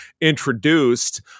introduced